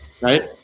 Right